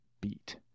beat